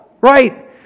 right